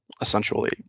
essentially